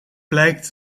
blijkt